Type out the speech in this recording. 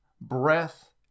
breath